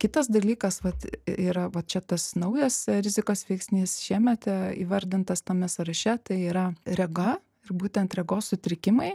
kitas dalykas vat yra va čia tas naujas rizikos veiksnys šiemet įvardintas tame sąraše tai yra rega būtent regos sutrikimai